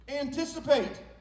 Anticipate